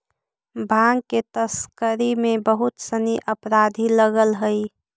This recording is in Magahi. भाँग के तस्करी में बहुत सनि अपराधी लगल हइ